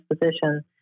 position